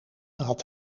had